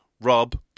Rob